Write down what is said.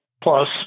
Plus